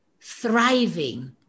thriving